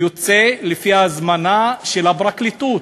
יוצא לפי הזמנה של הפרקליטות.